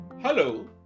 Hello